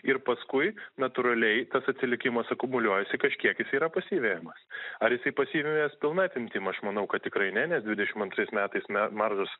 ir paskui natūraliai tas atsilikimas akumuliuojasi kažkiek jis yra pasivejamas ar jisai pasivejamas pilna apimtim aš manau kad tikrai ne nes dvidešimt antrais metais me maržos